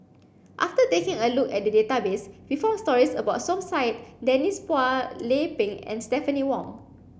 after taking a look at the database we found stories about Som Said Denise Phua Lay Peng and Stephanie Wong